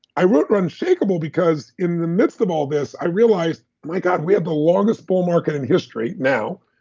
i wrote unshakeable because in the midst of all this, i realized, my god, we have the longest bull market in history now,